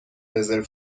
رزرو